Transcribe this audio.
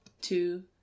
two